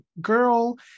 Girl